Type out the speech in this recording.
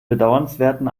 bedauernswerten